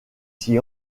s’y